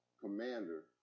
commander